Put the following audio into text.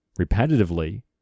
repetitively